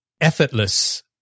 effortless